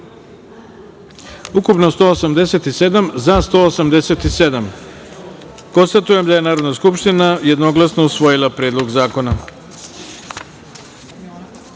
ukupno – 187, za – 187.Konstatujem da je Narodna skupština jednoglasno usvojila Predlog zakona.5.